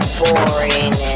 boring